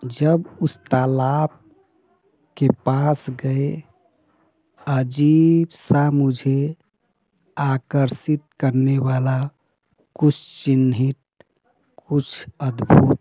जब उस तालाब के पास गए अजीब सा मुझे आकर्षित करने वाला कुछ चिन्हित कुछ अद्भुत